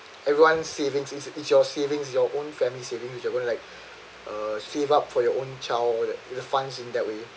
everyone's savings it's your own savings your own family saving whichever like uh save up for your own child all that and funds in that way